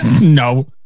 No